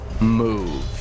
Move